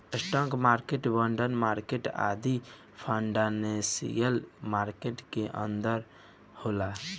stock market, bond market आदि financial market के अंग होला